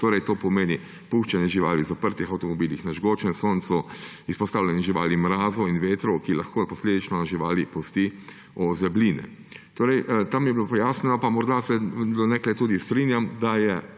Torej to pomeni puščanje živali v zaprtih avtomobilih na žgočem soncu, izpostavljanje živali mrazu in vetru, kar lahko posledično živali pusti ozebline. Tam je bilo pojasnjeno, pa morda se do neke mere tudi strinjam, da je